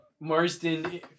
Marsden